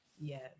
Yes